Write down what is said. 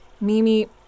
Mimi